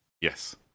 Yes